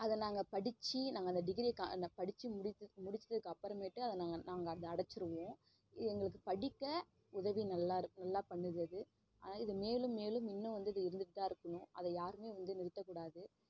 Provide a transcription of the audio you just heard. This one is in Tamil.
அதை நாங்கள் படித்து நாங்கள் அந்த டிகிரியை கா நான் படித்து முடித்து முடிச்சதுக்கப்புறமேட்டு அதை நாங்கள் நாங்கள் அதை அடைச்சிருவோம் இது எங்களுக்கு படிக்க உதவி நல்லாயிருக்கு நல்லா பண்ணுது அது ஆனால் இது மேலும் மேலும் இன்னும் வந்து இது இருந்துட்டு தான் இருக்கணும் அதை யாரும் வந்து நிறுத்தக்கூடாது